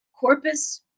corpus